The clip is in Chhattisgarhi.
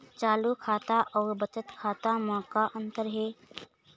चालू खाता अउ बचत खाता म का अंतर हे?